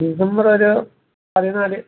ഡിസംബറൊരു പതിനാല്